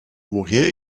woher